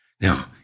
Now